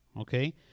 okay